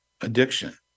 addiction